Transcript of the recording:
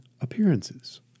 appearances